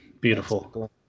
Beautiful